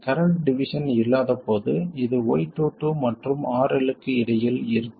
current division இல்லாத போது இது y22 மற்றும் RL க்கு இடையில் இருக்கும்